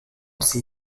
sie